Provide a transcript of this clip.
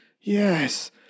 yes